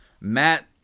Matt